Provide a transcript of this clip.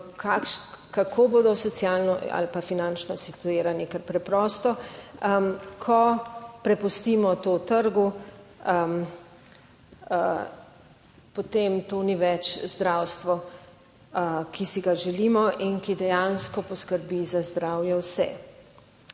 kako bodo socialno ali pa finančno situirani, ker preprosto, ko prepustimo to trgu, potem to ni več zdravstvo, ki si ga želimo in ki dejansko poskrbi za zdravje vse.